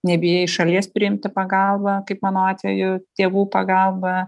nebijai šalies priimti pagalbą kaip mano atveju tėvų pagalba